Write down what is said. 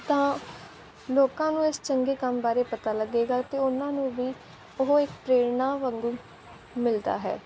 ਤਾਂ ਲੋਕਾਂ ਨੂੰ ਇਸ ਚੰਗੇ ਕੰਮ ਬਾਰੇ ਪਤਾ ਲੱਗੇਗਾ ਅਤੇ ਉਹਨਾਂ ਨੂੰ ਵੀ ਉਹ ਇੱਕ ਪ੍ਰੇਰਨਾ ਵਾਂਗੂ ਮਿਲਦਾ ਹੈ